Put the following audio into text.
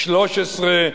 2013,